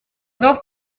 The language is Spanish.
dos